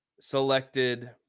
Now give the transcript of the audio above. selected